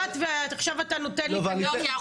למשפט ועכשיו אתה נותן לי -- לא גברתי, אני